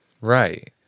right